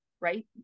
right